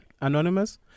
Anonymous